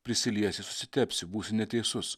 prisiliesi susitepsi būsi neteisus